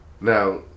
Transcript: Now